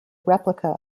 replica